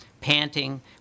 panting